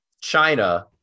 China